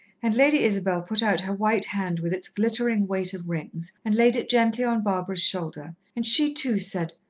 and lady isabel put out her white hand with its glittering weight of rings and laid it gently on barbara's shoulder, and she too said,